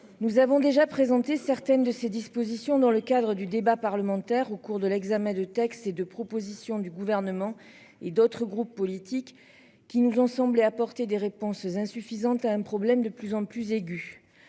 Nous avons déjà présentées, certaines de ces dispositions dans le cadre du débat parlementaire au cours de l'examen du texte et de propositions du gouvernement et d'autres groupes politiques qui nous ont semblé apporter des réponses insuffisantes à un problème de plus en plus aiguë.